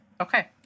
Okay